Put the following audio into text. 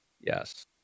Yes